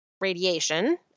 radiation